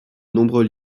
nombreux